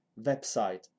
website